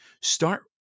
start